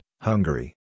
Hungary